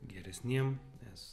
geresniem nes